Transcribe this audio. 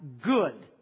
good